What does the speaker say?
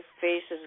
faces